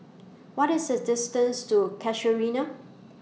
What IS The distance to Casuarina